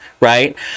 right